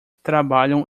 trabalham